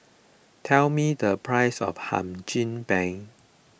tell me the price of Hum Chim Peng